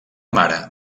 mare